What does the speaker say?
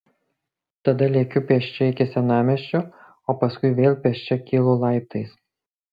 tada lekiu pėsčia iki senamiesčio o paskui vėl pėsčia kylu laiptais